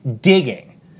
digging